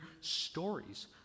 stories